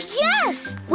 yes